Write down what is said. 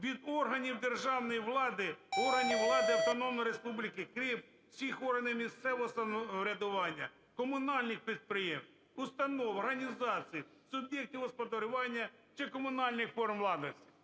від органів державної влади, органів влади Автономної Республіки Крим, всіх органів місцевого самоврядування, комунальних підприємств, установ, організацій, суб'єктів господарювання чи комунальних форм власності.